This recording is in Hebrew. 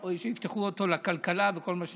שיפתחו אותו לכלכלה וכל מה שנלווה.